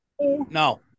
No